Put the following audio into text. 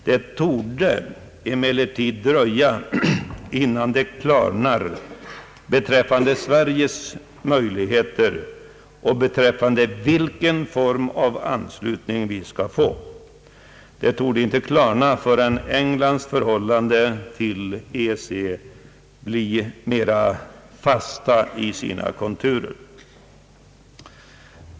Det torde emellertid dröja innan läget klarnar beträffande Sveriges möjligheter och beträffande vilken form av anslutning vi skall få. Detta torde inte klarna förrän Englands relationer till EEC får mera fasta konturer.